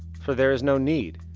for there is no need.